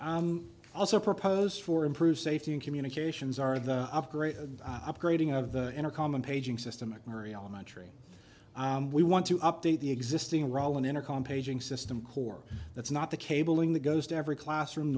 fact also propose for improved safety and communications are the upgraded upgrading of the intercom and paging system mcmurry elementary we want to update the existing rollin intercom paging system core that's not the cable in the ghost every classroom